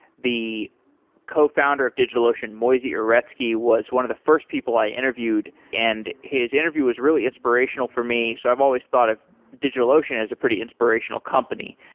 the cofounder of digitalocean, moisey uretsky, was one of the first people i interviewed, and his interview was really inspirational inspirational for me. so i've always thought of digitalocean as a pretty inspirational company.